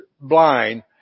blind